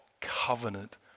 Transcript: covenant